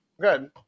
good